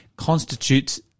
constitutes